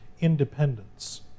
independence